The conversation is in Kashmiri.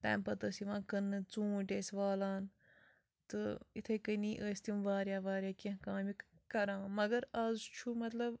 تمہِ پَتہٕ ٲسۍ یِوان کٔنٛنہٕ ژوٗنٹۍ ٲسۍ والان تہٕ اِتھے کَنی ٲسۍ تِم واریاہ واریاہ کیٚنہہ کامہِ کران مگر آز چھُ مطلب